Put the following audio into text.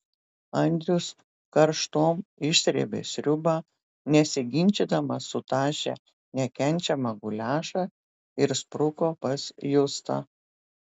andrius karštom išsrėbė sriubą nesiginčydamas sutašė nekenčiamą guliašą ir spruko pas justą